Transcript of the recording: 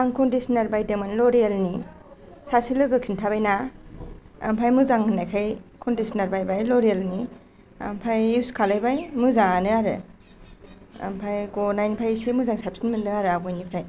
आं कन्दिसनार बायदोंमोन ल'रियेलनि सासे लोगो खोन्थाबायना ओमफ्राय मोजां होननायखाय कन्दिसनार बायबाय ल'रियेलनि ओमफ्राय इउस खालामबाय मोजाङानो आरो ओमफ्राय ग'नायनिफ्राय एसे मोजां साबसिन मोन्दों आरो आगयनिफ्राय